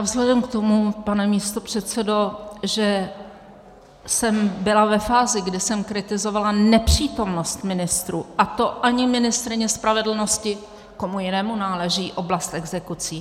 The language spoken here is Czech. Vzhledem k tomu, pane místopředsedo, že jsem byla ve fázi, kdy jsem kritizovala nepřítomnost ministrů, a to ani ministryně spravedlnosti komu jinému náleží oblast exekucí?